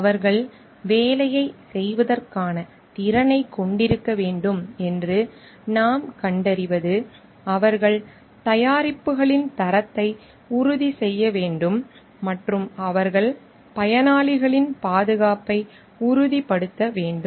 அவர்கள் வேலையைச் செய்வதற்கான திறனைக் கொண்டிருக்க வேண்டும் என்று நாம் கண்டறிவது அவர்கள் தயாரிப்புகளின் தரத்தை உறுதி செய்ய வேண்டும் மற்றும் அவர்கள் பயனாளிகளின் பாதுகாப்பை உறுதிப்படுத்த வேண்டும்